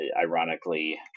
ironically